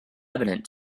evident